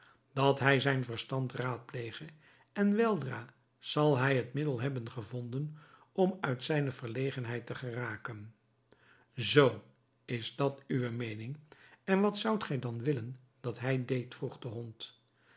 dat hij zijn verstand raadplege en weldra zal hij het middel hebben gevonden om uit zijne verlegenheid te geraken zoo is dat uwe meening en wat zoudt gij dan willen dat hij deed vroeg de hond